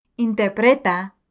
Interpreta